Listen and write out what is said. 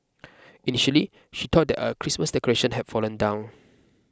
initially she thought that a Christmas decoration have fallen down